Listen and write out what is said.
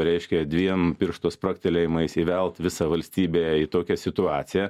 reiškia dviem piršto spragtelėjimais įvelt visą valstybę į tokią situaciją